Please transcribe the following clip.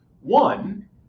One